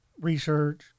research